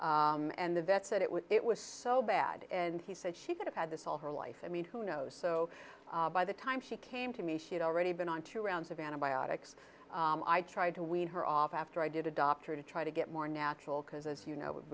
vet and the vet said it was it was so bad and he said she could have had this all her life and who knows so by the time she came to me she'd already been on two rounds of antibiotics i tried to wean her off after i did a doctor to try to get more natural because as you know w